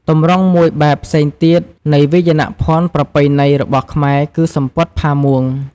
ទម្រង់មួយបែបផ្សេងទៀតនៃវាយភ័ណ្ឌប្រពៃណីរបស់ខ្មែរគឺ សំពត់ផាមួង។